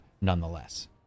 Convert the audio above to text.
Nonetheless